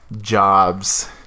Jobs